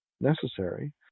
necessary